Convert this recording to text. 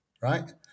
right